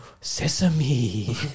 sesame